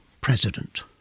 president